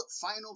final